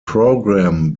program